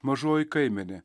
mažoji kaimenė